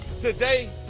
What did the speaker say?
Today